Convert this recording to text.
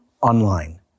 online